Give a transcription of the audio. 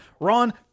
Ron